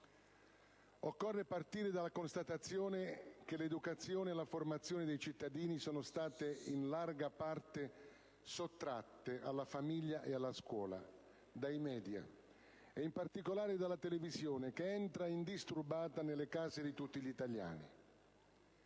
Occorre partire dalla constatazione che l'educazione e la formazione dei cittadini sono state in larga parte sottratte alla famiglia e alla scuola dai *media* e in particolare dalla televisione, che entra indisturbata nelle case di tutti gli italiani.